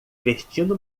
vestindo